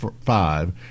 five